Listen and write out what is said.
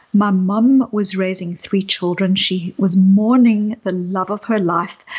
my mum was raising three children. she was mourning the love of her life.